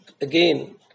again